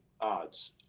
odds